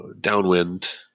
downwind